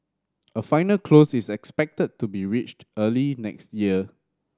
a final close is expected to be reached early next year